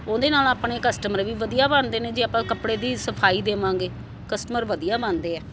ਉਹਦੇ ਨਾਲ ਆਪਣੇ ਕਸਟਮਰ ਵੀ ਵਧੀਆ ਬਣਦੇ ਨੇ ਜੀ ਆਪਾਂ ਕੱਪੜੇ ਦੀ ਸਫਾਈ ਦੇਵਾਂਗੇ ਕਸਟਮਰ ਵਧੀਆ ਬਣਦੇ ਆ